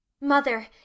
Mother